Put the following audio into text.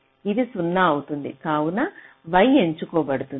ఇది 0 అవుతుంది కావున y ఎంచుకోబడుతుంది